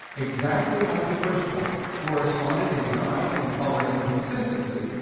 exactly like the first one. corresponded in size and color and consistency.